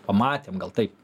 pamatėm gal taip